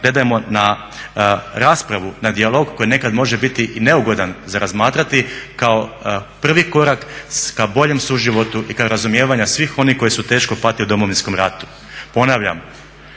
gledajmo na raspravu na dijalog koji nekad može biti i neugodan za razmatrati kao prvi korak k boljem suživotu i razumijevanja svih onih koji su teško patili u Domovinskom ratu. Ponavljam,